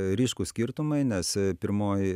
ryškūs skirtumai nes pirmoji